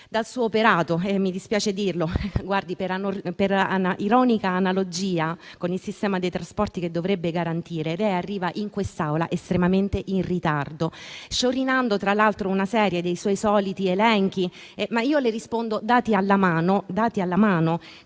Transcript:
dal suo operato. Mi dispiace dirlo ma, per ironica analogia con il sistema dei trasporti che dovrebbe garantire, lei arriva in quest'Aula estremamente in ritardo, sciorinando tra l'altro una serie dei suoi soliti elenchi. Le rispondo, con dati alla mano,